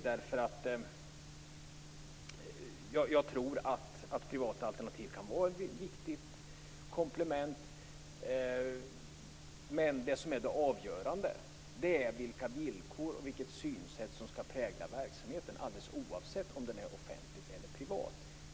Jag tror att privata alternativ kan vara ett viktigt komplement. Men det avgörande är vilka villkor och vilket synsätt som skall prägla verksamheten alldeles oavsett om den är offentlig eller privat.